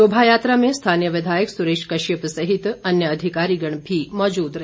शोभायात्रा में स्थानीय विधायक सुरेश कश्यप सहित अन्य अधिकारी गण भी मौजूद रहे